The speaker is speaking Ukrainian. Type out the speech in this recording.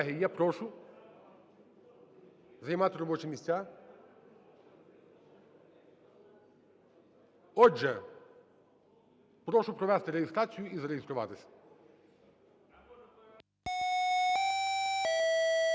місця. Колеги, я прошу займати робочі місця. Отже, прошу провести реєстрацію і зареєструватись.